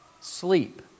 Sleep